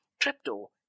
crypto